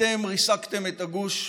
אתם ריסקתם את הגוש,